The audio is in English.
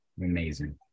Amazing